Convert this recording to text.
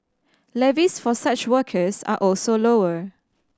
levies for such workers are also lower